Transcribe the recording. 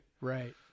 Right